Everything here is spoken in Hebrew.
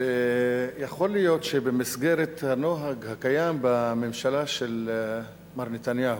יכול להיות שבמסגרת הנוהג הקיים בממשלה של מר נתניהו,